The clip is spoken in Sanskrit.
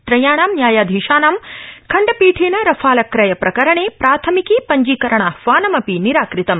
त्रयाणां न्यायाधीशानां खण्डपीठेन रफाल क्रय प्रकरणे प्राथमिकी पञ्जीकरणाहवानमपि निराकृतम्